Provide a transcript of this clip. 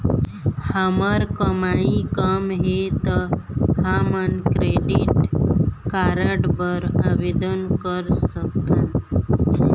हमर कमाई कम हे ता हमन क्रेडिट कारड बर आवेदन कर सकथन?